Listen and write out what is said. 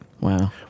Wow